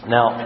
Now